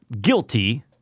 guilty